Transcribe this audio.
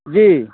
जी